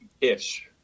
ish